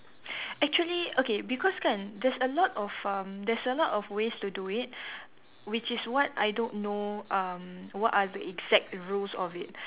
actually okay because kan there's a lot of there of um there's a lot of ways to do it which is what I don't know um what are the exact rules of it